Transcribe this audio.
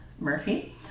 Murphy